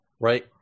Right